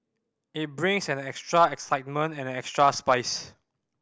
it brings an extra excitement and an extra spice